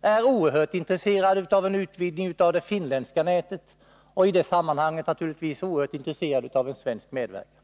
är mycket intresserade av en utvidgning av det finländska nätet och i det sammanhanget naturligtvis oerhört intresserade av svensk medverkan.